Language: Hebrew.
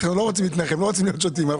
אנחנו לא רוצים להתנחם, לא רוצים להיות שוטים.